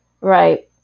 right